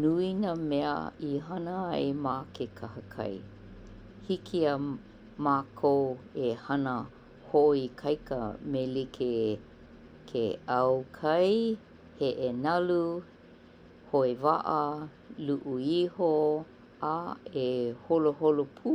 Nui nā mea i hana ai ma ke kahakai. Hiki iā mākou e hana hoʻoikaika me like ke ʻaukai, heʻe nalu, hoe waʻa, luʻu iho a e holoholo pū".